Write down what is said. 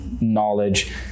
knowledge